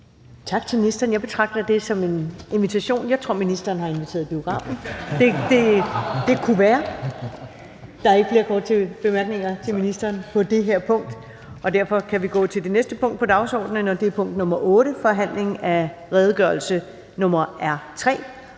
Tak til ministeren. Jeg betragter det som en invitation. Jeg tror, at ministeren har inviteret i biografen; det kunne være. Der er ikke flere korte bemærkninger til ministeren på det her punkt, og derfor kan vi gå til det næste punkt på dagsordenen. --- Det næste punkt på dagsordenen er: 8) Forhandling om redegørelse nr.